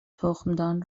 تخمدان